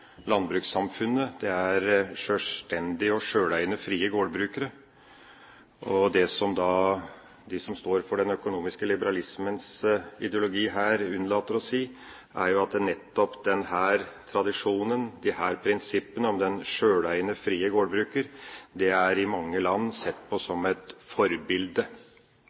landbrukssamfunnet, er sjølstendige og sjøleiende, frie gårdbrukere. Det som de som står for den økonomiske liberalismens ideologi, her unnlater å si, er jo at nettopp denne tradisjonen, disse prinsippene om den sjøleiende, frie gårdbruker i mange land er sett på som et forbilde.